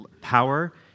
Power